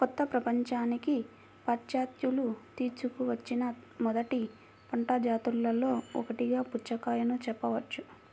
కొత్త ప్రపంచానికి పాశ్చాత్యులు తీసుకువచ్చిన మొదటి పంట జాతులలో ఒకటిగా పుచ్చకాయను చెప్పవచ్చు